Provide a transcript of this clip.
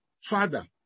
Father